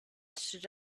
stood